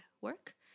work